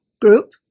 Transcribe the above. group